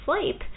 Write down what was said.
sleep